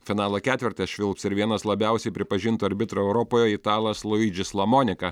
finalo ketverte švilps ir vienas labiausiai pripažintų arbitrų europoj italas luidžis lamonika